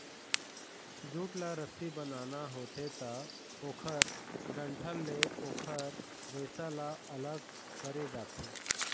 jute ल रस्सी बनाना होथे त ओखर डंठल ले ओखर रेसा ल अलग करे जाथे